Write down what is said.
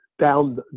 down